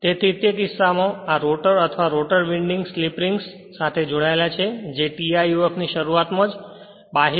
તેથી આ કિસ્સામાં રોટર અથવા રોટર વિન્ડિંગ સ્લિપ રિંગ્સ સાથે જોડાયેલ છે જે tiof ની શરૂઆત માં બાહ્ય